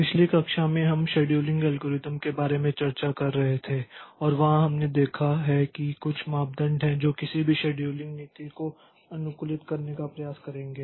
पिछली कक्षा में हम शेड्यूलिंग एल्गोरिदम के बारे में चर्चा कर रहे थे और वहाँ हमने देखा है कि कुछ मापदंड हैं जो किसी भी शेड्यूलिंग नीति को अनुकूलित करने का प्रयास करेंगे